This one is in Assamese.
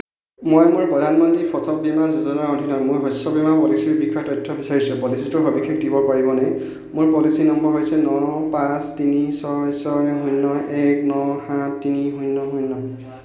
মই মোৰ প্ৰধানমন্ত্ৰী ফচল বীমা যোজনাৰ অধীনত মোৰ শস্য বীমা পলিচীৰ বিষয়ে তথ্য বিচাৰিছোঁ পলিচীটোৰ সবিশেষ দিব পাৰিবনে মোৰ পলিচী নম্বৰ হৈছে ন পাঁচ তিনি ছয় ছয় শূন্য এক ন সাত তিনি শূন্য শূন্য